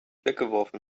weggeworfen